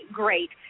great